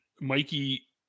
Mikey